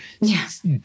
Yes